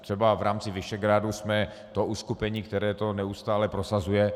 Třeba v rámci Visegrádu jsme uskupení, které to neustále prosazuje.